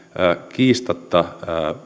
kiistatta